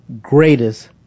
greatest